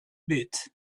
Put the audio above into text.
bit